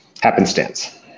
happenstance